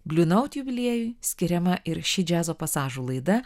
bliu naut jubiliejui skiriama ir ši džiazo pasažų laida